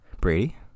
Brady